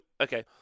okay